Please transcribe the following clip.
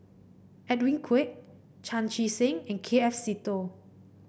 Edwin Koek Chan Chee Seng and K F Seetoh